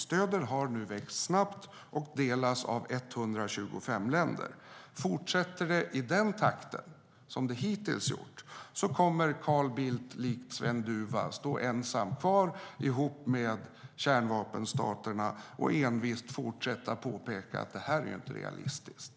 Stödet har nu växt snabbt och delas av 125 länder. Fortsätter det i samma takt som hittills kommer Carl Bildt att likt Sven Dufva stå ensam kvar ihop med kärnvapenstaterna och envist fortsätta påpeka att det här är inte realistiskt.